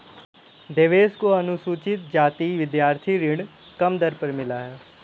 देवेश को अनुसूचित जाति विद्यार्थी ऋण कम दर पर मिला है